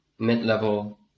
mid-level